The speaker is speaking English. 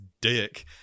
dick